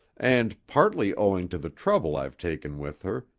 and, partly owing to the trouble i've taken with her,